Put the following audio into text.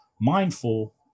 mindful